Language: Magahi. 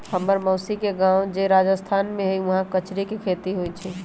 हम्मर मउसी के गाव जे राजस्थान में हई उहाँ कचरी के खेती होई छई